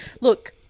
Look